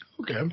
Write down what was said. Okay